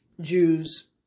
Jews